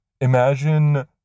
imagine